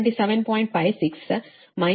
56 22